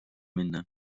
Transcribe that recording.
minna